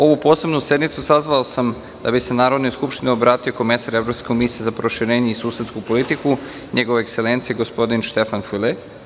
Ovu posebnu sednicu sazvao sam da bi se Narodnoj skupštini obratio komesar Evropske komisije za proširenje i susedsku politiku, Njegova ekselencija, gospodin Štefan File.